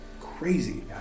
crazy